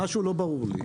אבל משהו לא ברור לי.